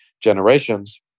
generations